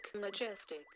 majestic